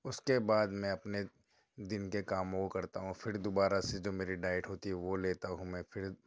اس کے بعد میں اپنے دن کے کاموں کو کرتا ہوں پھر دوبارہ سے جو میری ڈائٹ ہوتی ہے وہ لیتا ہوں میں پھر